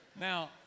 Now